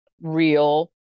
real